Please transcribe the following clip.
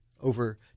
over